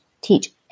teach